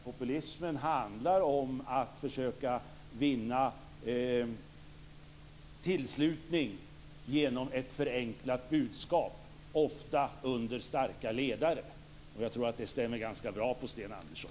Populismen handlar om att försöka vinna tillslutning genom ett förenklat budskap, ofta under starka ledare. Jag tror att det stämmer ganska bra in på Sten Andersson.